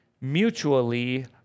mutually